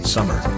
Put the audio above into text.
Summer